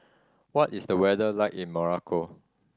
what is the weather like in Morocco